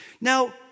Now